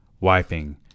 wiping